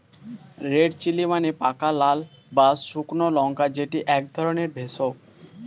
red chilli মানে পাকা লাল বা শুকনো লঙ্কা যেটি এক ধরণের ভেষজ